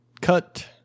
cut